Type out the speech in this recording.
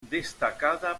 destacada